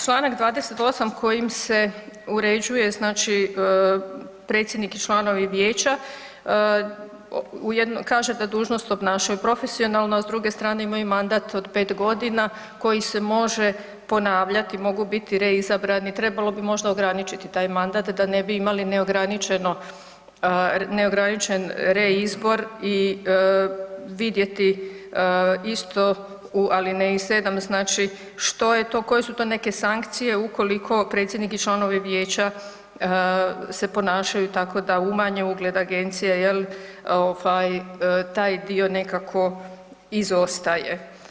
Članak 28. kojim se uređuje znači predsjednik i članovi vijeća u, kaže da dužnost obnašaju profesionalno, a s druge strane imaju mandat od 5 godina koji se može ponavljati, mogu biti reizabrani, trebalo bi možda ograničiti taj mandat da ne bi imali neograničeno, neograničen reizbor i vidjeti isto u alineji 7. znači što je to, koje su to neke sankcije ukoliko predsjednik i članovi vijeća se ponašaju tako da umanje ugled agencije jel ovaj taj dio nekako izostaje.